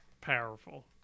powerful